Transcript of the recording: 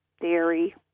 dairy